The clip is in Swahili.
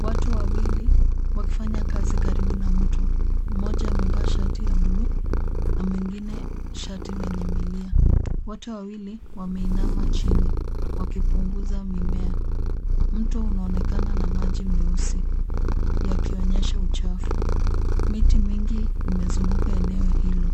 Watu wawili, wakifanya kazi karibu na mto. Mmoja amevaa shati la buluu na mwingine shati lenye milia. Wote wawili wameinama chini wakipunguza mimea. Mto unaonekana na maji meusi yakionyesha uchafu. Miti mingi imezunguka eneo hilo.